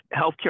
Healthcare